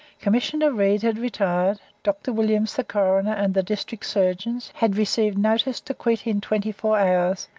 commissioner rede had retired, dr. williams, the coroner, and the district surgeons had received notice to quit in twenty-four hours,